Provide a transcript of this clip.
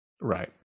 Right